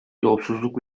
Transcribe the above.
yolsuzluk